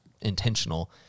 intentional